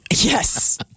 Yes